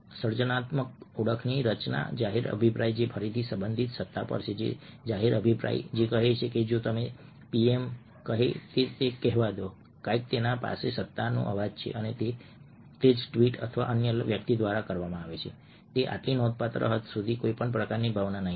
સર્જનાત્મકતા ઓળખની રચના જાહેર અભિપ્રાય જે ફરીથી સંબંધિત સત્તા છે જાહેર અભિપ્રાય જે કહે છે કે જો પીએમ કહે તો કહેવા દો કંઈક તેની પાસે સત્તાનો અવાજ છે અને તે જ ટ્વીટ અન્ય કોઈ વ્યક્તિ દ્વારા કરવામાં આવે છે તે આટલી નોંધપાત્ર હદ સુધી કોઈ પ્રકારની ભાવના નહીં હોય